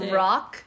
rock